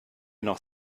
noch